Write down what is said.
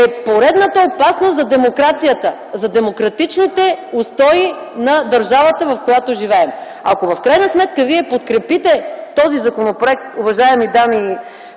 е поредната опасност за демокрацията, за демократичните устои на държавата, в която живеем. Ако в крайна сметка вие подкрепите този законопроект, уважаеми дами